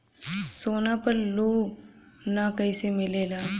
सोना पर loan कइसे मिलेला?